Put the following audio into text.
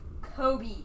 kobe